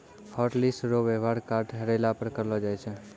hotlist रो वेवहार card हेरैला पर करलो जाय छै